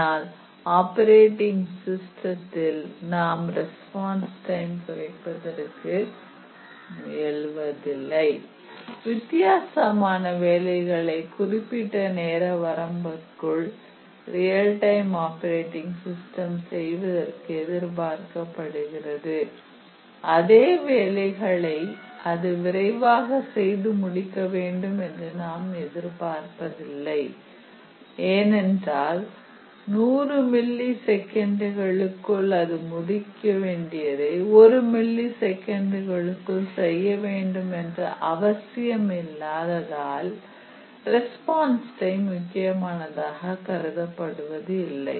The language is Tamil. ஆனால் ஆப்பரேட்டிங் சிஸ்டத்தில் நாம் ரெஸ்பான்ஸ் டைம் குறைப்பதற்கு முயலுவதில்லை வித்தியாசமான வேலைகளை குறிப்பிட்ட நேர வரம்பிற்குள் ரியல் டைம் ஆப்பரேட்டிங் சிஸ்டம் செய்வதற்கு எதிர்பார்க்கப்படுகிறது அதே வேலைகளை அது விரைவாக செய்து முடிக்க வேண்டும் நாம் எதிர்பார்ப்பதில்லை ஏனென்றால் நூறு மில்லி செகண்ட்க்குள் அது முடிக்க வேண்டியதை ஒரு மில்லி செகண்ண்ட்க்குள் செய்ய வேண்டுமென்ற அவசியம் இல்லாததால் ரெஸ்பான்ஸ் டைம் முக்கியமானதாக கருதப்படுவது இல்லை